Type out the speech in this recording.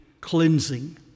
cleansing